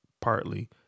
partly